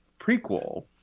prequel